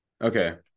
Okay